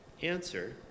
Answer